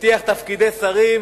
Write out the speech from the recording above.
הבטיח תפקידי שרים,